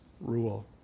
rule